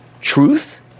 truth